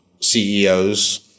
CEOs